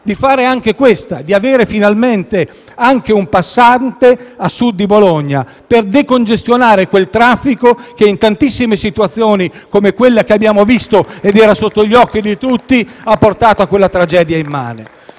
realizzare anche questa: avere finalmente un passante a Sud di Bologna per decongestionare quel traffico che in tantissime situazioni, come quella che abbiamo visto ed era sotto gli occhi di tutti, ha portato a quella tragedia immane.